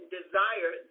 desire